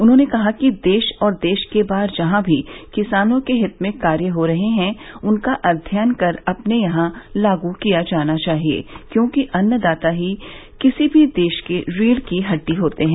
उन्होंने कहा कि देश और देश के बाहर जहां भी किसानों के हित में कार्य हो रहे हैं उनका अध्ययन कर अपने यहां लागू किया जाना चाहिये क्योंकि अन्नदाता ही किसी भी देश की रीढ़ की हड़डी होते हैं